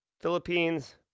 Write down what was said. Philippines